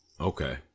Okay